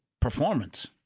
performance